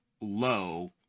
low